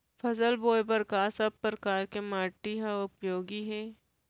फसल बोए बर का सब परकार के माटी हा उपयोगी हे?